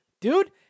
Dude